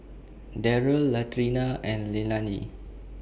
Darrell Latrina and Leilani